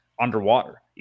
underwater